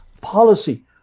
policy